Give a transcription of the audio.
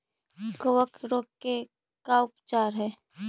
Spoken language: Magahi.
कबक रोग के का उपचार है?